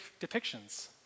depictions